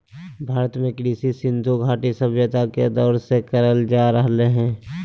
भारत में कृषि सिन्धु घटी सभ्यता के दौर से कइल जा रहलय हें